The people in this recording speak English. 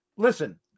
Listen